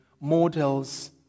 models